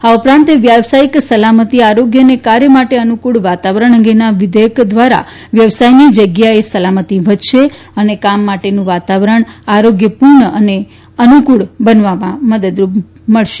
આ ઉપરાંત વ્યાવસાયિક સલામતી આરોગ્ય અને કાર્થ માટે અનુક્રળ વાતાવરણ અંગેના વિધેયક દ્વારા વ્યવસાયની જગ્યાએ સલામતી વધશે અને કામ માટેનું વાતાવરણ આરોગ્યપૂર્ણ અને અનુક્ષળ બનવા મદદ થશે